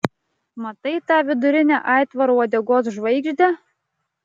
matai tą vidurinę aitvaro uodegos žvaigždę